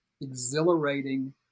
exhilarating